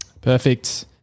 Perfect